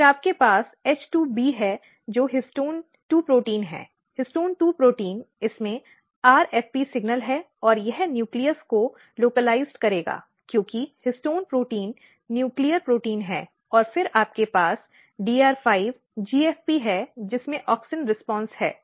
फिर आपके पास H2B है जो हिस्टोन 2 प्रोटीन है हिस्टोन 2 प्रोटीन इसमें RFP सिग्नल है और यह न्यूक्लियस को स्थानीय करेगा क्योंकि हिस्टोन प्रोटीन न्यूक्लियर प्रोटीन है और फिर आपके पास DR5 GFP है जिसमें ऑक्सिन रिस्पांस है